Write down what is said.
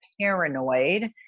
paranoid